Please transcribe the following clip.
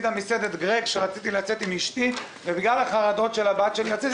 מסעדת גרג כשרציתי לצאת עם אשתי ובגלל החרדות של הבת שלי לא יצאנו.